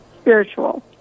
spiritual